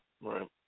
Right